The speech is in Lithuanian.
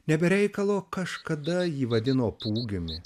ne be reikalo kažkada jį vadino pungimiu